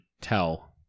tell